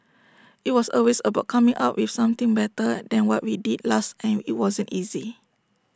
IT was always about coming up with something better than what we did last and IT wasn't easy